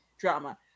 drama